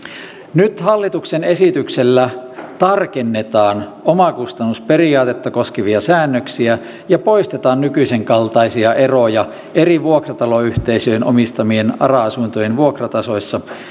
nyt hallituksen esityksellä tarkennetaan omakustannusperiaatetta koskevia säännöksiä ja poistetaan nykyisen kaltaisia eroja eri vuokrataloyhteisöjen omistamien ara asuntojen vuokratasoissa